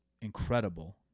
incredible